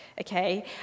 Okay